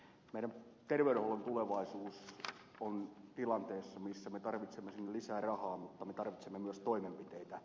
meidän terveydenhuollon tulevaisuus on tilanteessa jossa me tarvitsemme sinne lisää rahaa mutta me tarvitsemme myös toimenpiteitä